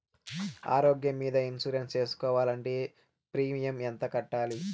ఆరోగ్యం మీద ఇన్సూరెన్సు సేసుకోవాలంటే ప్రీమియం ఎంత కట్టాలి?